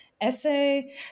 essay